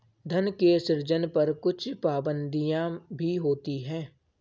धन के सृजन पर कुछ पाबंदियाँ भी होती हैं